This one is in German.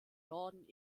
norden